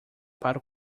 para